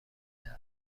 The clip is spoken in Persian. متحده